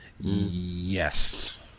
Yes